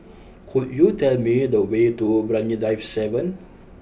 could you tell me the way to Brani Drive seven